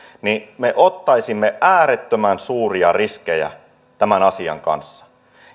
niin me ottaisimme äärettömän suuria riskejä tämän asian kanssa